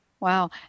Wow